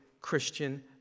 Christian